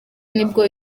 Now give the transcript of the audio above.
nibwo